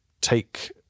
take